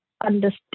understand